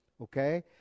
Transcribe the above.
Okay